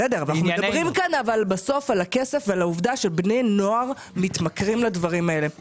בסוף אנחנו מדברים על הכסף ועל העובדה שבני נוער מתמכרים לדברים האלה.